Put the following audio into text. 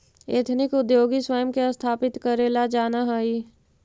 ethnic उद्योगी स्वयं के स्थापित करेला जानऽ हई